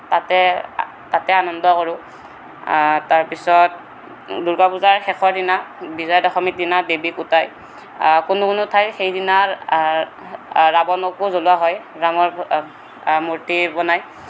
তাতে তাতে আনন্দ কৰোঁ তাৰপিছত দুৰ্গা পূজাৰ শেষৰ দিনা বিজয়া দশমীৰ দিনা দেৱীক উটাই কোনো কোনো ঠাইত সেইদিনাৰ ৰাৱণকো জ্বলোৱা হয় ৰাৱণৰ মূৰ্তি বনাই